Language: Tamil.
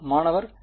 மாணவர் ரீஜியன் 1